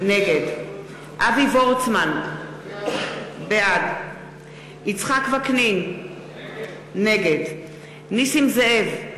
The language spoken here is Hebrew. נגד אבי וורצמן, בעד יצחק וקנין, נגד נסים זאב,